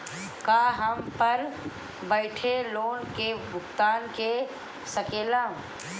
का हम घर बईठे लोन के भुगतान के शकेला?